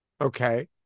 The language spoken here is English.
Okay